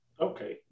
Okay